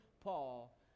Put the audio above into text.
Paul